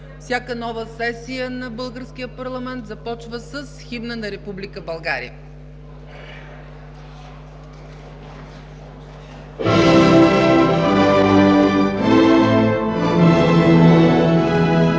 всяка нова сесия на българския парламент започва с химна на Република България.